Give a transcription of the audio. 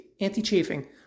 anti-chafing